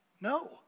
No